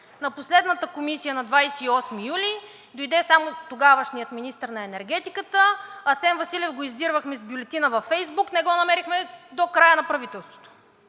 В последната комисия на 28 юли 2022 г. дойде само тогавашният министър на енергетиката, Асен Василев го издирвахме с бюлетина във Фейсбук и не го намерихме до края на правителството.